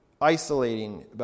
isolating